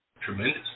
Tremendous